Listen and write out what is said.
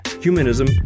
humanism